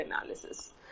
analysis